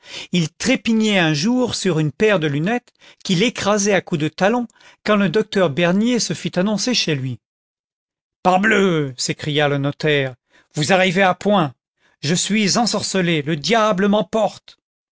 il trépignait un jour sur une paire de lunettes qu'il écrasait à coups de talon quand le docteur bernier se fii annoncer chez lui v parbleu s'écria le notaire vous arri vez à point je suis ensorcelé le diable m'emporte